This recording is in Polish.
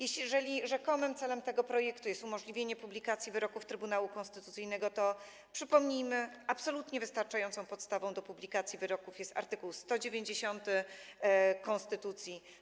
Jeżeli rzekomym celem tego projektu jest umożliwienie publikacji wyroków Trybunału Konstytucyjnego, to przypomnijmy: absolutnie wystarczającą podstawą do publikacji wyroków jest art. 190 konstytucji.